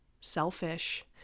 selfish